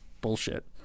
bullshit